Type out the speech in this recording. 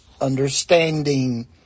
understanding